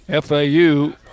FAU